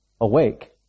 Awake